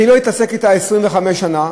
לא אתעסק בה 25 שנה,